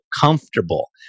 comfortable